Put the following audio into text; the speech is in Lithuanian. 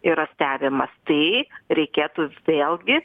yra stebimas tai reikėtų vėlgi